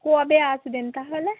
কবে আসবেন তাহলে